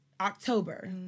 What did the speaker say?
October